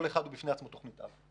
שכל אחד מהם הוא בפני עצמו תוכנית אב.